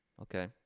Okay